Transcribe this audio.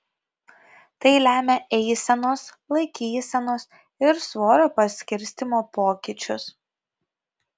tai lemia eisenos laikysenos ir svorio paskirstymo pokyčius